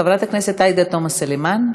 חברת הכנסת עאידה תומא סלימאן.